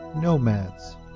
nomads